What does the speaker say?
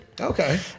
Okay